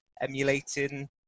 emulating